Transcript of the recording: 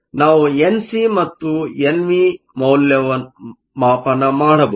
ನಾವು N C ಮತ್ತು N V ಅನ್ನು ಮೌಲ್ಯಮಾಪನ ಮಾಡಬಹುದು